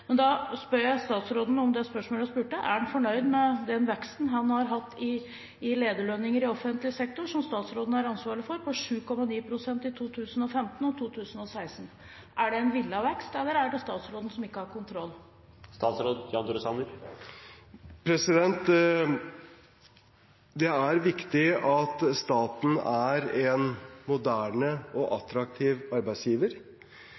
Men da spør jeg igjen: Er statsråden fornøyd med den veksten som har vært i lederlønninger i offentlig sektor, som statsråden har ansvaret for, på 7,9 pst. i 2015 og 2016? Er det en villet vekst, eller er det statsråden som ikke har kontroll? Det er viktig at staten er en moderne og